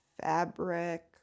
fabric